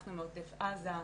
אנחנו מעוטף עזה,